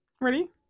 Ready